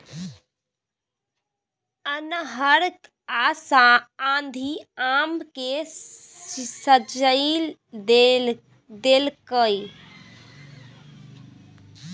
अन्हर आ आंधी आम के झाईर देलकैय?